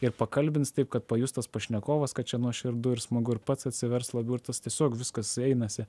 ir pakalbins taip kad pajus tas pašnekovas kad čia nuoširdu ir smagu ir pats atsivers labiau ir tas tiesiog viskas einasi